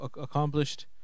accomplished